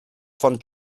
von